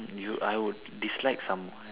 you I would dislike some